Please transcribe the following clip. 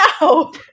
no